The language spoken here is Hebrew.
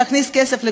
להכניס כסף לקופה.